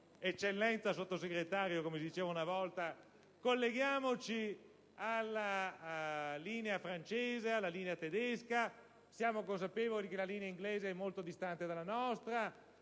eccellenza Sottosegretario - come si diceva una volta - colleghiamoci alla linea francese o tedesca, nella consapevolezza che quella inglese è molto distante dalla nostra,